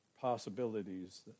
possibilities